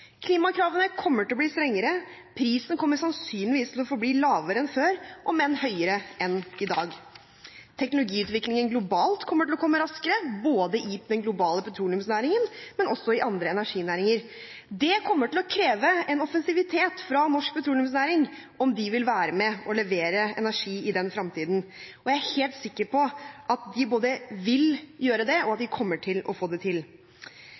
Klimakravene kommer til å bli strengere, og oljeprisen kommer sannsynligvis til å forbli lavere enn før, om enn høyere enn i dag. Teknologiutviklingen globalt kommer til å skje raskere, både i den globale petroleumsnæringen og i andre energinæringer. Det kommer til å kreve en offensiv holdning fra norsk petroleumsnæring, dersom de vil være med og levere energi i fremtiden. Jeg er helt sikker på at de vil gjøre det, og at de kommer til å få det til.